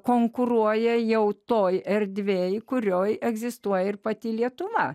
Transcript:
konkuruoja jau toje erdvėje kurioje egzistuoja ir pati lietuva